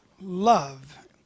love